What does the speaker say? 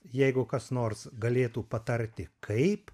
jeigu kas nors galėtų patarti kaip